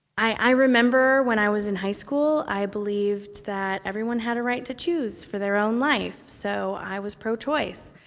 i remember, when i was in high school, i believed that everyone had a right to choose, for their own life, so i was pro-choice.